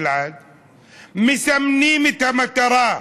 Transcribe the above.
מסמנים את המטרה,